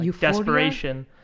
desperation